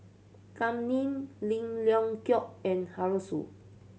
Kam Ning Lim Leong Geok and Arasu